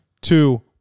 two